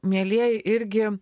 mielieji irgi